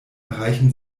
erreichen